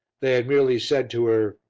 they had merely said to her,